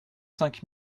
cinq